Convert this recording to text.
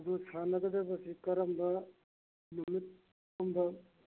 ꯑꯗꯨ ꯁꯥꯟꯅꯒꯗꯕꯁꯤ ꯀꯔꯝꯕ ꯅꯨꯃꯤꯠꯀꯨꯝꯕ